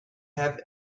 have